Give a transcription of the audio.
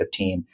2015